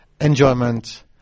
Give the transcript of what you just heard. enjoyment